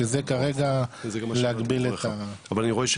שזה כרגע להגביל את ה- אבל אני רואה,